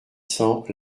cents